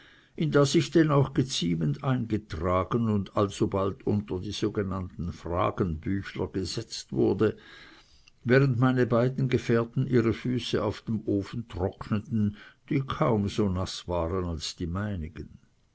in das ich denn auch geziemend eingetragen und alsobald unter die sogenannten fragenbüchler gesetzt wurde während meine beiden gefährten ihre füße auf dem ofen trockneten die kaum so naß waren als die meinigen